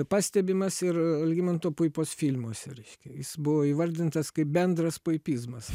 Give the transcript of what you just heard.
pastebimas ir algimanto puipos filmuose reiškia jis buvo įvardintas kaip bendras puipizmas